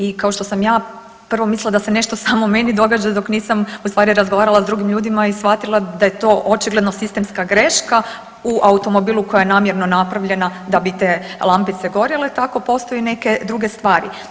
I kao što sam ja prvo mislila da se nešto samo meni događa, dok nisam ustvari razgovarala s drugim ljudima i shvatila da je to očigledno sistemska greška u automobilu koja je namjerno napravljena da bi te lampice gorjele, tako postoje i neke druge stvari.